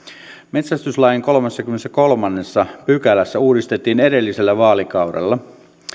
metsästyslain kolmaskymmeneskolmas pykälä uudistettiin edellisellä vaalikaudella